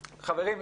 חברים,